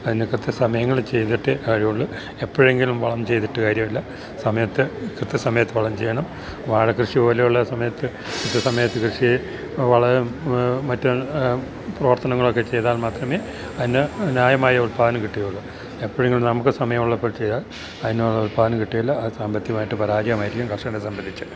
അതിനു കൃത്യ സമയങ്ങളില്ചെയ്തിട്ട് കാര്യമുള്ളൂ എപ്പോഴെങ്കിലും വളം ചെയ്തിട്ടു കാര്യമില്ല സമയത്ത് കൃത്യസമയത്ത് വളം ചെയ്യണം വാഴക്കൃഷി പോലെയുള്ള സമയത്ത് കൃത്യസമയത്ത് കൃഷി വളം മറ്റ് പ്രവർത്തനങ്ങളൊക്കെ ചെയ്താൽ മാത്രമേ അതിനു ന്യായമായ ഉൽപാദനം കിട്ടുകയുള്ളൂ എപ്പോഴെങ്കിലും നമുക്ക് സമയമുള്ളപ്പോൾ ചെയ്താൽ അതിന് ഉല്പ്പാദനം കിട്ടുകയില്ല ആ സാമ്പത്തികമായിട്ട് പരാജയമായിരിക്കും കർഷകരെ സംബന്ധിച്ച്